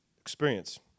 experience